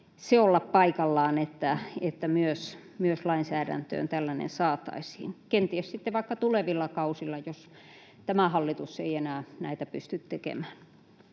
olla paikallaan, että myös lainsäädäntöön tällainen saataisiin — kenties sitten vaikka tulevilla kausilla, jos tämä hallitus ei enää näitä pysty tekemään?